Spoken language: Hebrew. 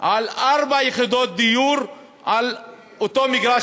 על ארבע יחידות דיור באותו מגרש,